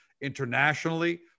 internationally